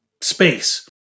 space